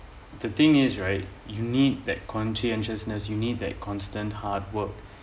the thing is right you need that conscientiousness you need that constant hard work